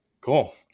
Cool